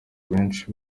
benshi